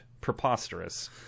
preposterous